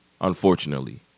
Unfortunately